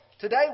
Today